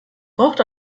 braucht